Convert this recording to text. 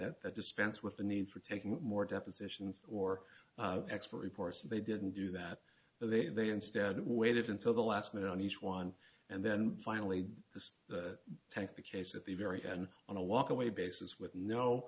snobbery that dispense with the need for taking more depositions or expert reports that they didn't do that they they instead waited until the last minute on each one and then finally this take the case at the very end on a walk away basis with no